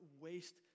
waste